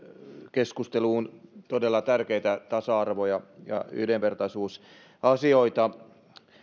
keskusteluun todella tärkeitä tasa arvo ja yhdenvertaisuusasioita